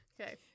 Okay